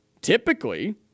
typically